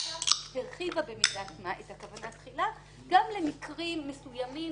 הפסיקה הרחיבה במידת מה את הכוונה תחילה גם למקרים מסוימים